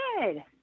good